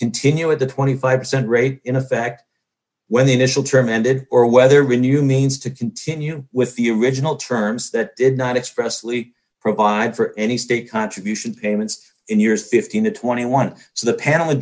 continue with the twenty five percent rate in effect when the initial term ended or whether when you means to continue with the original terms that did not express lee provide for any state contribution payments in years fifteen to twenty one so the panel